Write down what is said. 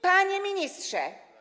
Panie Ministrze!